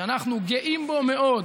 שאנחנו גאים בו מאוד,